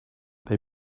they